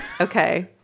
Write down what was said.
Okay